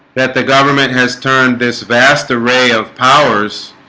that the government has turned this vast array of powers